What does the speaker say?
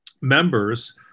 members